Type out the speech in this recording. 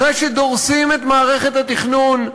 אחרי שדורסים את מערכת התכנון,